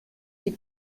die